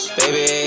baby